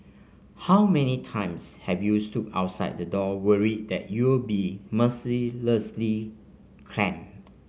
how many times have you stood outside the door worried that you'll be mercilessly clamped